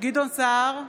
גדעון סער,